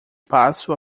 passo